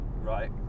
Right